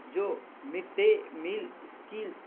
جو mid day meal scale